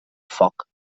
foc